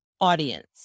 audience